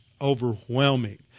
overwhelming